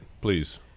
Please